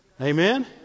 Amen